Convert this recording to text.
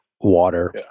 Water